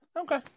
Okay